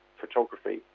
photography